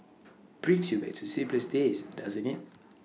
brings you back to simplest days doesn't IT